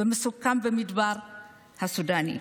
ומסוכן במדבר הסודני.